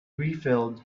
refilled